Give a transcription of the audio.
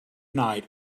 night